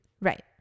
Right